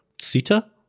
Sita